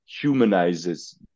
humanizes